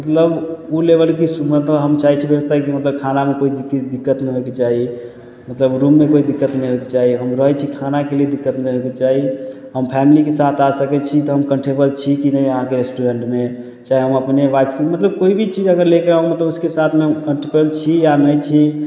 मतलब उ लेबलके सु मतलब हम चाहय छी व्यवस्था कि ओतऽ खानामे कोइ दिक्कत नहि होइके चाही मतलब रूममे कोइ दिक्कत नहि होइके चाही हम रहय छी खानाके लिए दिक्कत नहि होइके चाही हम फैमिलीके साथ आ सकय छी तऽ हम कम्फर्टेबल छी की नहि अहाँके रेस्टोरेन्टमे चाहे हम अपने राखू मतलब कोइ भी चीज अगर लेके आउ मतलब उसके साथमे कम्फर्टेबल छी आओर नहि छी